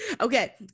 okay